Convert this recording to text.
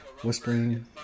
whispering